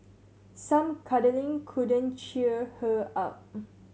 some cuddling couldn't cheer her up